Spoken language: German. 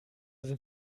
sind